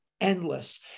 endless